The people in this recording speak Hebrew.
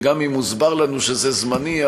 וגם אם הוסבר לנו שזה זמני,